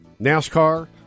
NASCAR